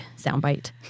soundbite